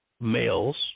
males